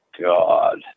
God